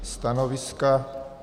Stanovisko?